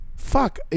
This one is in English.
Fuck